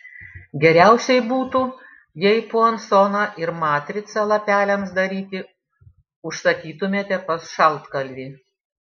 geriausiai būtų jei puansoną ir matricą lapeliams daryti užsakytumėte pas šaltkalvį